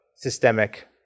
systemic